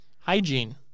Hygiene